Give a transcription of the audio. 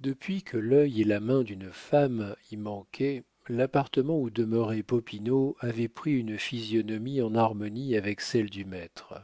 depuis que l'œil et la main d'une femme y manquaient l'appartement où demeurait popinot avait pris une physionomie en harmonie avec celle du maître